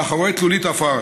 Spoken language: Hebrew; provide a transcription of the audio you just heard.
מאחורי תלולית עפר,